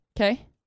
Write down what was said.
Okay